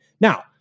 Now